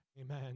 Amen